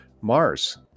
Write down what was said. mars